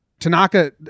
tanaka